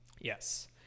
Yes